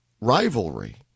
rivalry